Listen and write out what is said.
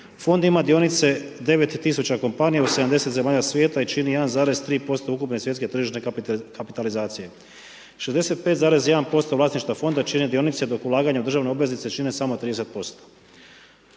Fond ima dionice u 9000 kompanija u 70 zemalja svijeta i čini 1,3 ukupne svjetske tržišne kapitalizacije. 65,1 vlasništva fonda čine dionice dok ulaganja u državne obveznice čine samo 30%.